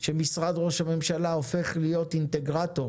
שמשרד ראש הממשלה הופך להיות אינטגרטור